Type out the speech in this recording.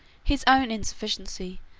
his own insufficiency,